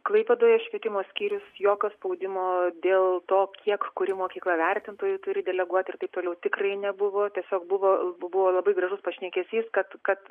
klaipėdoje švietimo skyrius jokio spaudimo dėl to kiek kuri mokykla vertintojų turi deleguoti ir taip toliau tikrai nebuvo tiesiog buvo buvo labai gražus pašnekesys kad kad